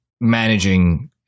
managing